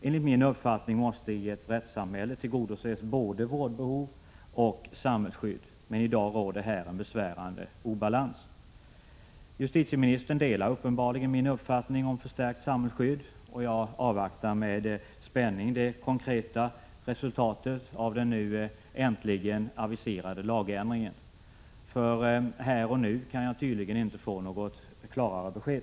Enligt min uppfattning måste i ett rättssamhälle tillgodoses både vårdbehov och samhällsskydd, men i dag råder här en besvärande obalans. Justitieministern delar uppenbarligen min uppfattning om behovet av förstärkt samhällsskydd, och jag avvaktar med spänning det konkreta resultatet av den nu äntligen aviserade lagändringen. Här och nu kan jag tydligen inte få något klarare besked.